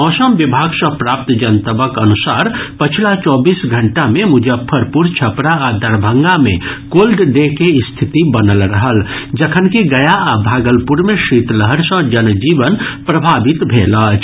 मौसम विभाग सॅ प्राप्त जनतबक अनुसार पछिला चौबीस घंटा मे मुजफ्फरपुर छपरा आ दरभंगा मे कोल्ड डे के स्थिति बनल रहल जखनकि गया आ भागलपुर मे शीतलहर सॅ जनजीवन प्रभावित भेल अछि